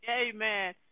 Amen